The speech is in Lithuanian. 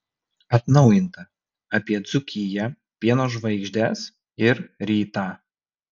atnaujinta apie dzūkiją pieno žvaigždes ir rytą